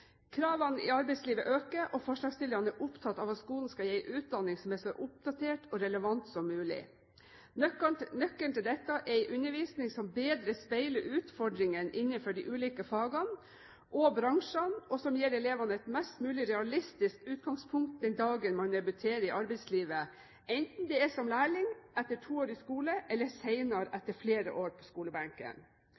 Kravene i arbeidslivet øker, og forslagsstillerne er opptatt av at skolen skal gi en utdanning som er så oppdatert og relevant som mulig. Nøkkelen til dette er en undervisning som bedre speiler utfordringene innenfor de ulike fagene og bransjene, og som gir elevene et mest mulig realistisk utgangspunkt den dagen man debuterer i arbeidslivet, enten det er som lærling etter to år i skole eller